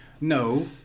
No